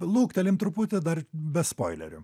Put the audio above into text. luktėlim truputį dar be spoilerių